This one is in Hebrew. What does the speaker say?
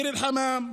ביר אל-חמאם,